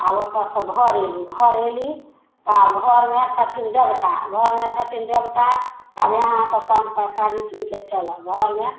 आब ओतऽसँ घर अएली घर अएली तऽ घरमे छथिन देवता घरमे छथिन देवता तऽ आब इहाँ सब पान परसादी कीनिके चलऽ घरमे